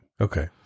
Okay